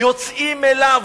יוצאים אליו,